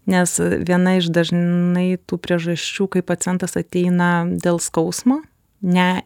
nes viena iš dažnai tų priežasčių kai pacientas ateina dėl skausmo ne